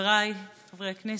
חבריי חברי הכנסת,